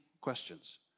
questions